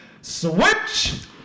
Switch